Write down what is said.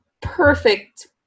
perfect